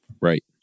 Right